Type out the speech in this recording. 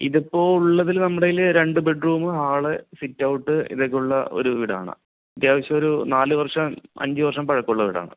ഇതിപ്പോൾ ഉള്ളതിൽ നമ്മുടെ കൈയ്യിൽ രണ്ടു ബെഡ് റൂം ഹാൾ സിറ്റ്ഔട്ട് ഇതൊക്കെയുള്ള ഒരു വീടാണ് അത്യാവശ്യം ഒരു നാലു വർഷം അഞ്ചു വർഷം പഴക്കം ഉള്ള വീടാണ്